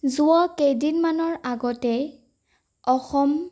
যোৱা কেইদিনমানৰ আগতে অসম